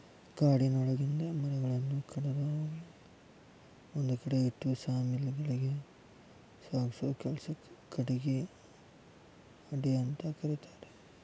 ಕಾಡಿನೊಳಗಿಂದ ಮರಗಳನ್ನ ಕಡದು ಅವುಗಳನ್ನ ಒಂದ್ಕಡೆ ಇಟ್ಟು ಸಾ ಮಿಲ್ ಗಳಿಗೆ ಸಾಗಸೋ ಕೆಲ್ಸಕ್ಕ ಕಟಗಿ ಅಡ್ಡೆಅಂತ ಕರೇತಾರ